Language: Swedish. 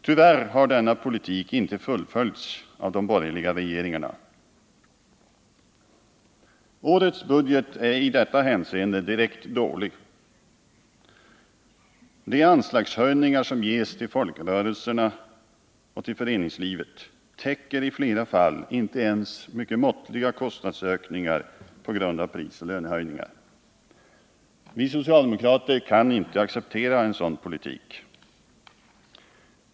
Tyvärr har denna politik inte fullföljts av de borgerliga regeringarna. Årets budget är i detta hänseende direkt dålig. De anslagshöjningar som ges till folkrörelserna och till föreningslivet täcker i flera fall inte ens mycket måttliga kostnadsökningar på grund av prisoch lönehöjningar. Vi socialdemokrater kan inte acceptera en sådan politik.